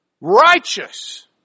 Righteous